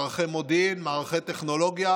במערכי מודיעין ובמערכי טכנולוגיה.